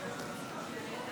144,